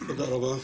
תודה רבה.